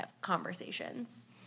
conversations